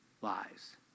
lies